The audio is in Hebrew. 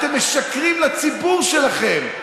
אתם משקרים לציבור שלכם.